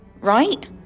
right